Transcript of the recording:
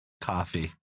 coffee